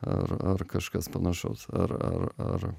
ar ar kažkas panašaus ar ar ar